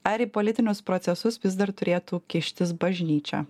ar į politinius procesus vis dar turėtų kištis bažnyčia